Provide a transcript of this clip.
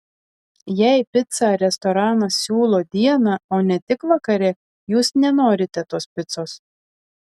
jei picą restoranas siūlo dieną o ne tik vakare jūs nenorite tos picos